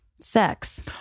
sex